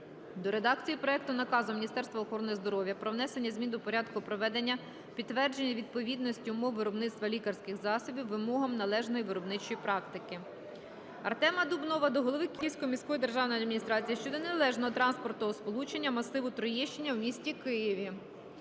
до редакції проекту наказу Міністерства охорони здоров'я "Про внесення змін до Порядку проведення підтвердження відповідності умов виробництва лікарських засобів вимогам належної виробничої практики". Артема Дубнова до голови Київської міської державної адміністрації щодо неналежного транспортного сполучення масиву Троєщина у місті Києві.